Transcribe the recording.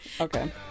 okay